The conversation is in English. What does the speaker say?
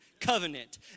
covenant